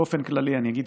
באופן כללי אני אגיד,